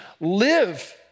live